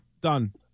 done